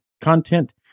content